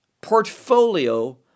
portfolio